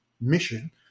mission